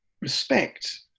respect